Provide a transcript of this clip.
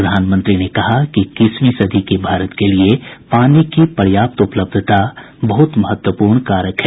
प्रधानमंत्री ने कहा कि इक्कसवीं सदी के भारत के लिए पानी की पर्याप्त उपलब्धता बहुत महत्वपूर्ण कारक है